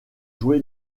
joué